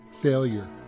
Failure